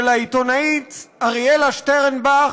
של העיתונאית אריאלה שטרנבך.